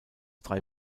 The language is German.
drei